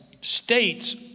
states